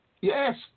Yes